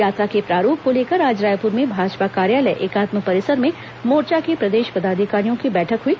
यात्रा के प्रारूप को लेकर आज रायपुर में भाजपा कार्यालय एकात्म परिसर में मोर्चा के प्रदेश पदाधिकारियों की बैठक हुई